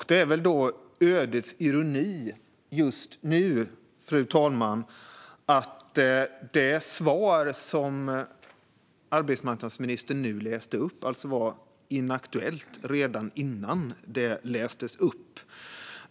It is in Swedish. Det är väl ödets ironi, fru talman, att det svar som arbetsmarknadsministern nu läste upp var inaktuellt redan innan det lästes upp.